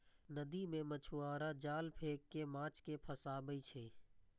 नदी मे मछुआरा जाल फेंक कें माछ कें फंसाबै छै